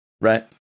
right